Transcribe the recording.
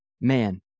man